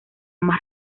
más